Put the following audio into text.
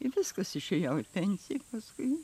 ir viskas išėjau į pensiją paskui